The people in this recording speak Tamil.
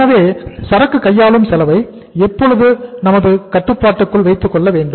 எனவே சரக்கு கையாளும் செலவை எப்பொழுதும் நமது கட்டுப்பாட்டுக்குள் வைத்துக்கொள்ள வேண்டும்